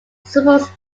supports